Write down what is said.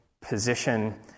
position